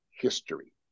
history